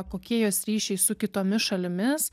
kokie jos ryšiai su kitomis šalimis